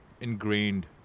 ingrained